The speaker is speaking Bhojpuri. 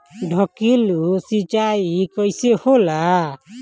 ढकेलु सिंचाई कैसे होला?